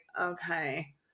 okay